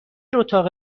اتاق